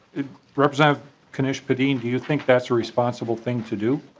representative kunesh-podein do you think that's responsible thing to do?